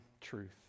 truth